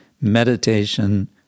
meditation